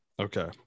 okay